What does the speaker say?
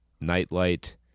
Nightlight